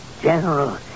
General